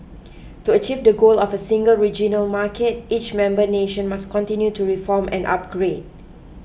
to achieve the goal of a single regional market each member nation must continue to reform and upgrade